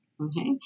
okay